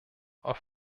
auf